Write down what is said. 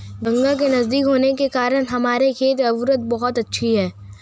गंगा के नजदीक होने के कारण हमारे खेत में उर्वरता बहुत अच्छी है